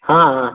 हाँ हाँ